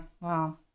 wow